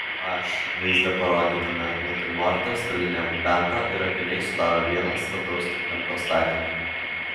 h vaizde parodytame natiurmorte stalinė lempa ir akiniai sudaro vieną stataus trikampio statinį